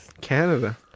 Canada